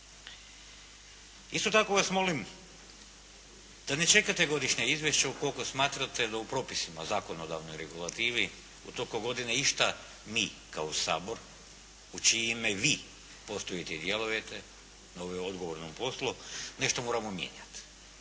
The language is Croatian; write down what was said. Isto tako vas molim da ne čekate godišnje izvješće ukoliko smatrate da u propisima o zakonodavnoj regulativi u toku godine išta mi kao Sabor u čije ime vi postojite i djelujete na ovom odgovornom poslu nešto moramo mijenjati.